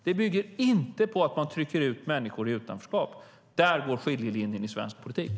Det bygger inte på att man trycker ut människor i utanförskap. Där går skiljelinjen i svensk politik.